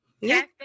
Yes